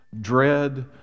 dread